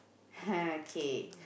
kay